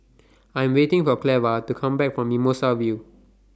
I Am waiting For Cleva to Come Back from Mimosa View